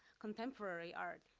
contemporary art.